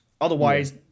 Otherwise